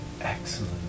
Excellent